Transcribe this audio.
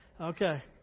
Okay